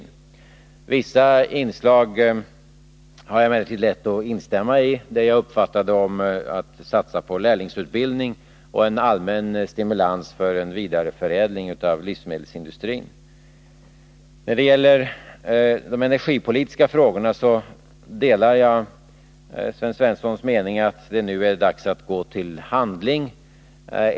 När det gäller vissa inslag har jag emellertid lätt att instämma — detta att satsa på lärlingsutbildning och en allmän stimulans för en vidareförädling av livsmedelsindustrin. När det gäller de energipolitiska frågorna delar jag Sten Svenssons mening, att det nu är dags att gå till handling.